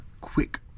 quick